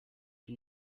you